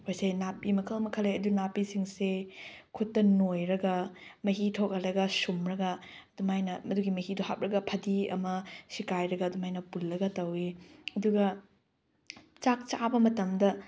ꯑꯩꯈꯣꯏꯁꯦ ꯅꯥꯄꯤ ꯃꯈꯜ ꯃꯈꯜ ꯂꯩ ꯑꯗꯨ ꯅꯥꯄꯤꯁꯤꯡꯁꯦ ꯈꯨꯠꯇ ꯅꯣꯏꯔꯒ ꯃꯍꯤ ꯊꯣꯛꯍꯜꯂꯒ ꯁꯨꯝꯃꯒ ꯑꯗꯨꯃꯥꯏꯅ ꯃꯗꯨꯒꯤ ꯃꯍꯤꯗꯣ ꯍꯥꯞꯂꯒ ꯐꯗꯤ ꯑꯃ ꯁꯦꯒꯥꯏꯔꯒ ꯑꯗꯨꯃꯥꯏꯅ ꯄꯨꯜꯂꯒ ꯇꯧꯏ ꯑꯗꯨꯒ ꯆꯥꯛ ꯆꯥꯕ ꯃꯇꯝꯗ